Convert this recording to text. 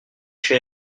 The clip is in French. trop